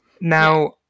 Now